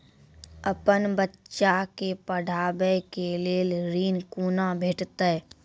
अपन बच्चा के पढाबै के लेल ऋण कुना भेंटते?